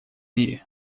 мире